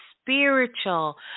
spiritual